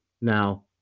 Now